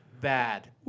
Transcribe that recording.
bad